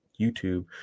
YouTube